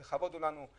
לכבוד הוא לנו,